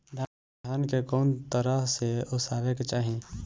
धान के कउन तरह से ओसावे के चाही?